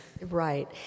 Right